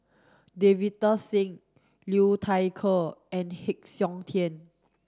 Davinder Singh Liu Thai Ker and Heng Siok Tian